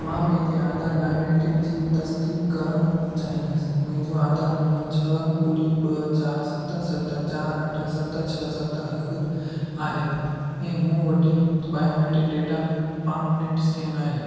मां पंहिंजे आधार बायोमैट्रिक जी तसदीक करणु चाहींदुसि मुंहिंजो आधार नंबर छह ॿुड़ी ॿ चारि सत सत चारि अठ सत छह सत हिकु आहे ऐं मूं वटि biometric data palm print scan आहे